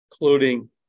including